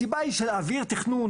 הסיבה היא שלהעביר תכנון,